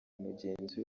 mugenzi